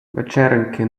вечероньки